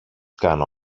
κάνω